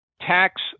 tax